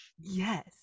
yes